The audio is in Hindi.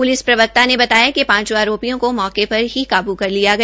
प्लिस प्रवक्ता ने बताया कि पांचों आरोपियों को मौके पर ही काबू कर लिया गया